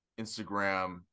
Instagram